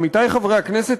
עמיתי חברי הכנסת,